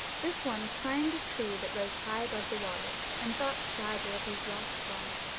this one climbed a tree that rose high above the water, and thought sadly of his lost ball,